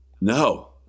No